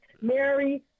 Mary